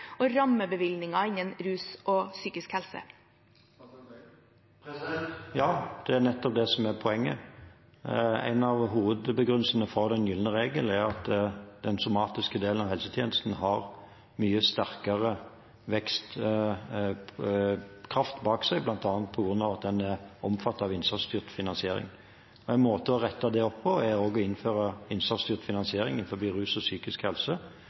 og rammebevilgninger innen rus og psykisk helse? Ja, det er nettopp det som er poenget. En av hovedbegrunnelsene for den gylne regel er at den somatiske delen av helsetjenesten har mye sterkere vekstkraft bak seg, bl.a. på grunn av at den er omfattet av innsatsstyrt finansiering. En måte å rette opp det på er å innføre innsatsstyrt finansiering innenfor rus og psykisk helse,